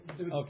Okay